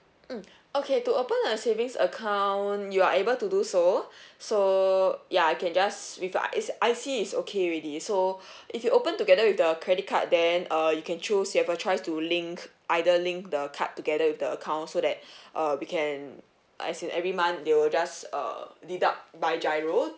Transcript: mm okay to open a savings account you are able to do so so ya you can just with a uh is I_C is okay already so if you open together with the credit card then uh you can choose you have a choice to link either link the card together with the account so that uh we can uh as in every month they will just uh deduct by gyro